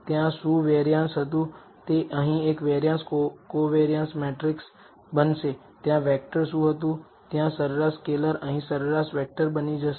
ત્યાં શું વેરિયાન્સ હતું તે અહીં એક વેરિયાન્સ કોવેરિયન્સ મેટ્રિક્સ બનશે ત્યાં વેક્ટર શું હતું ત્યાં સરેરાશ સ્કેલેર અહીં સરેરાશ વેક્ટર બની શકે